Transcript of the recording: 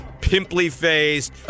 pimply-faced